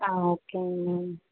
ஆ ஓகேங்க மேம்